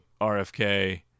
RFK